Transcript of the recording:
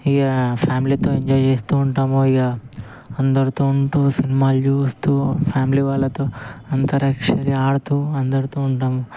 ఇక ఫ్యామిలీతో ఎంజాయ్ చేస్తూ ఉంటాము ఇక అందరితో ఉంటూ సినిమాలు చూస్తూ ఫ్యామిలీ వాళ్ళతో అంత్యాక్షరి ఆడుతూ అందరితో ఉంటాము